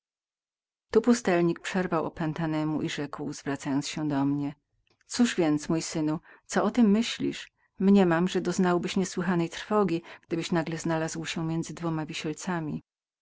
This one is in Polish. tu pustelnik przerwał opętanemu i rzekł cóż więc mój synu co o tem myślisz mniemam że doznałbyś niesłychanej trwogi gdybyś nagle znalazł się między dwoma wisielcami